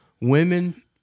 Women